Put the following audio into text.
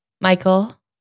Michael